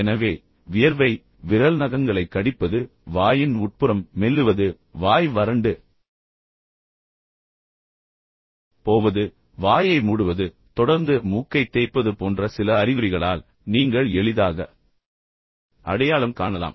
எனவே வியர்வை விரல் நகங்களைக் கடிப்பது வாயின் உட்புறம் மெல்லுவது வாய் வறண்டு போவது வாயை மூடுவது தொடர்ந்து மூக்கைத் தேய்ப்பது போன்ற சில அறிகுறிகளால் நீங்கள் எளிதாக அடையாளம் காணலாம்